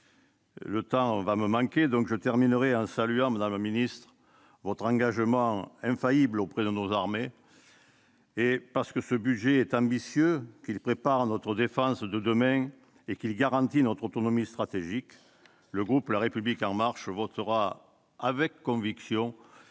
et sécurisé. Je conclurai en saluant, madame la ministre, votre engagement infaillible auprès de nos armées. Parce que ce budget est ambitieux, qu'il prépare notre défense de demain et qu'il garantit notre autonomie stratégique, le groupe La République En Marche votera avec conviction